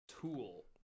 tool